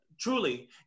Truly